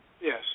Yes